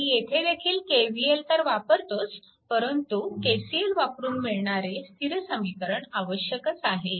आणि येथे देखील KVL तर वापरतोच परंतु KCL वापरून मिळणारे स्थिर समीकरण आवश्यकच आहे